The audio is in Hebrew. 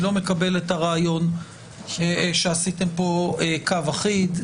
אני לא מקבל את הרעיון שעשיתם פה קו אחיד.